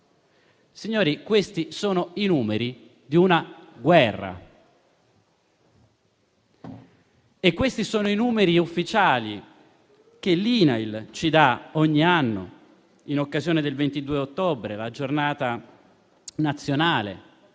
giorno; sono i numeri di una guerra. Questi sono i numeri ufficiali che l'INAIL ci dà ogni anno in occasione del 22 ottobre, la Giornata nazionale